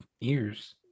ears